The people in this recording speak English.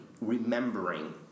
remembering